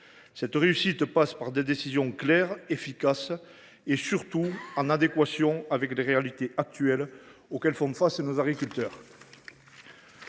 Cette réussite passe par des décisions claires, efficaces et, surtout, en adéquation avec les réalités auxquelles font face nos agriculteurs.